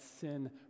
sin